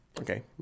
okay